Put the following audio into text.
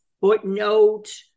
footnote